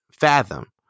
fathom